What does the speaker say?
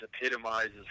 epitomizes